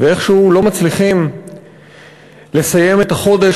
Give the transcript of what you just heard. ואיכשהו לא מצליחים לסיים את החודש,